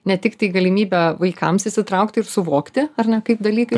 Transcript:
ne tiktai galimybė vaikams įsitraukti ir suvokti ar ne kaip dalykai